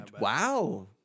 Wow